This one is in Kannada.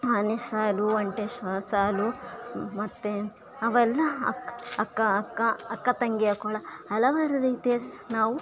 ಆನೆ ಸಾಲು ಒಂಟೆ ಸಾಲು ಮತ್ತೆ ಅವೆಲ್ಲ ಅಕ್ಕ ಅಕ್ಕ ಅಕ್ಕ ಅಕ್ಕತಂಗಿಯ ಕೊಳ ಹಲವಾರು ರೀತಿಯ ನಾವು